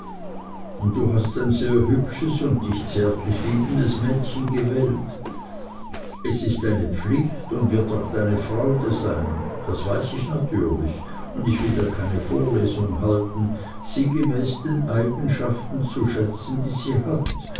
und du hast ein sehr hübsches und dich zärtlich liebendes mädchen gewählt es ist deine pflicht und wird auch deine freude sein das weiß ich natürlich und ich will dir keine vorlesung halten sie gemäß den eigenschaften zu schätzen die sie hat